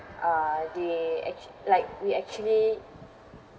uh they actu~ like we actually